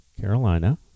Carolina